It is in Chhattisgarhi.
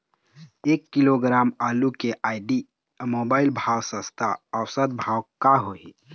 एक किलोग्राम आलू के आईडी, मोबाइल, भाई सप्ता औसत भाव का होही?